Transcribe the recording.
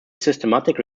systematic